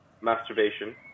masturbation